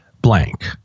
blank